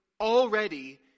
already